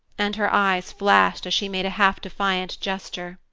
and her eyes flashed as she made a half-defiant gesture.